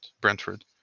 Brentford